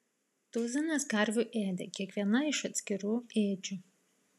tuzinas karvių ėdė kiekviena iš atskirų ėdžių